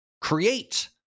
create